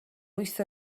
wyth